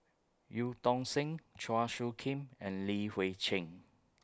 EU Tong Sen Chua Soo Khim and Li Hui Cheng